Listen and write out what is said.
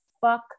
fuck